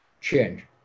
change